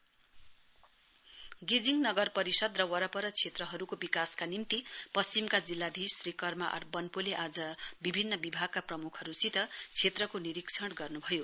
DC west inspection गेजिङ नगर परिषद र वरपर क्षेत्रहरूको विकासका निम्ति पश्चिमका जिल्लीधीश श्री कर्मा आर बन्पोले आज विभिन्न विभागका प्रम्खहरूसित क्षेत्रको निरीक्षण गर्न्भयो